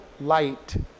light